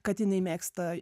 kad jinai mėgsta